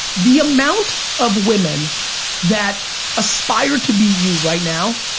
the amount of women that aspire to be you right now.